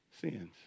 Sins